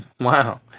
Wow